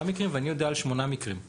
מקרים ואני יודע על שמונה מקרים בכבאות.